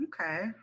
Okay